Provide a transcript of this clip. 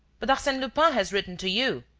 but arsene lupin has written to you?